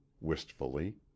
wistfully